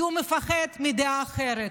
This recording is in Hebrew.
כי הוא מפחד מדעה אחרת,